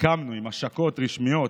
הקמנו עם השקות רשמיות,